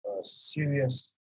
serious